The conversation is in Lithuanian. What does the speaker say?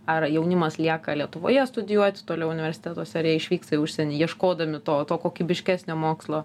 ar jaunimas lieka lietuvoje studijuoti toliau universitetuose ar išvyksta į užsienį ieškodami to to kokybiškesnio mokslo